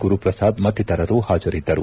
ಗುರುಪ್ರಸಾದ್ ಮತ್ತಿತರರು ಹಾಜರಿದ್ದರು